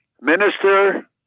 minister